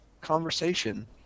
conversation